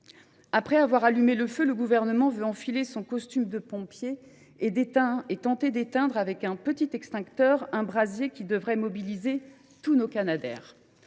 Après avoir allumé le feu, le Gouvernement veut enfiler son costume de pompier et tenter d’éteindre, avec un petit extincteur, un brasier qui devrait mobiliser tous nos canadairs.